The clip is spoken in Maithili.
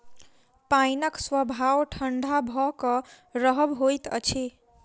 पाइनक स्वभाव ठंढा भ क रहब होइत अछि